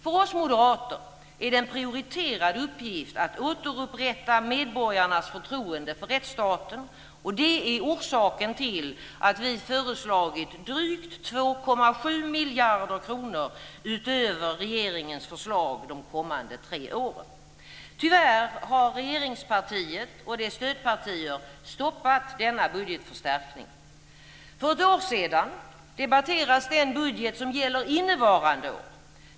För oss moderater är det en prioriterad uppgift att återupprätta medborgarnas förtroende för rättsstaten, och det är orsaken till att vi föreslagit drygt 2,7 miljarder kronor utöver regeringens förslag de kommande tre åren. Tyvärr har regeringspartiet och dess stödpartier stoppat denna budgetförstärkning. För ett år sedan debatterades den budget som gäller innevarande år.